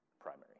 primary